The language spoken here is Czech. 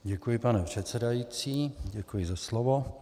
Děkuji, pane předsedající, děkuji za slovo.